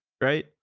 right